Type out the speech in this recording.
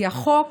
כי החוק